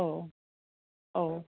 औ औ